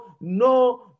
no